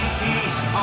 peace